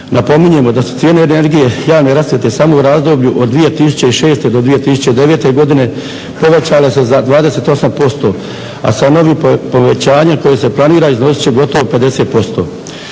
Napominjemo da su cijene energije javne rasvjete samo u razdoblju od 2006.do 2009. godine povećale se za 28%, a sa novim povećanjem koje se planira iznosit će gotovo 50%